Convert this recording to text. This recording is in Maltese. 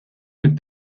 mid